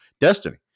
Destiny